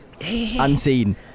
Unseen